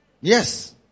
Yes